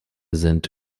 sind